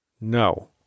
No